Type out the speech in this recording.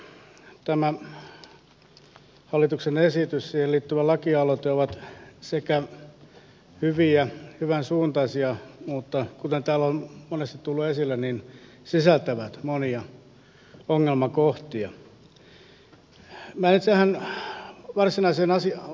tämä hallituksen esitys ja siihen liittyvä lakialoite ovat hyviä hyvän suuntaisia mutta kuten täällä on monesti tullut esille ne sisältävät monia ongelmakohtia